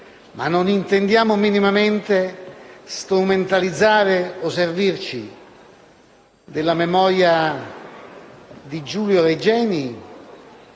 non intendiamo minimamente strumentalizzare o servirci della memoria di Giulio Regeni